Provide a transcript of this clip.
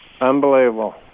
Unbelievable